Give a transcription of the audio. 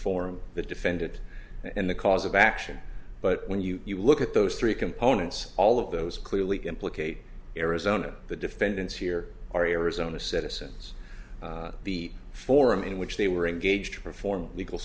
form the defendant and the cause of action but when you look at those three components all of those clearly implicate arizona the defendants here are arizona citizens the forum in which they were engaged to perform legal